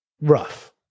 rough